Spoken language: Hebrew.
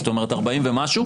זאת אומרת 40 ומשהו,